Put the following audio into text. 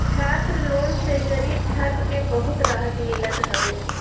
छात्र लोन से गरीब छात्र के बहुते रहत मिलत हवे